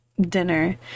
dinner